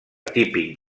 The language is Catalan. típic